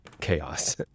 chaos